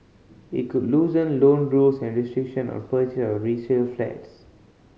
it could loosen loan rules and restriction on purchase of resale flats